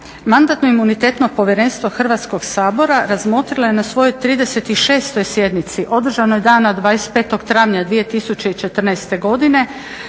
Mandatno imunitetno povjerenstvo Hrvatskog sabora razmotrilo je na 37. sjednici održanoj 14. svibnja 2014. godine